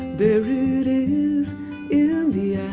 there it is in the yeah